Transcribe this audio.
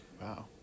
Wow